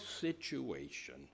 situation